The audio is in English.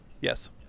Yes